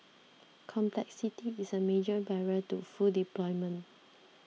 complexity is a major barrier to full deployment